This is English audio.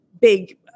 big